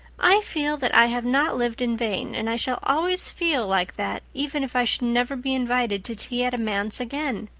i feel that i have not lived in vain and i shall always feel like that even if i should never be invited to tea at a manse again.